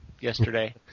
yesterday